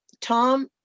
Tom